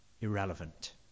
irrelevant